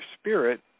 spirit